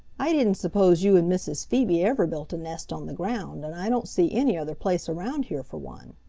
i didn't suppose you and mrs. phoebe ever built a nest on the ground, and i don't see any other place around here for one.